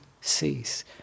cease